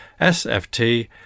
sft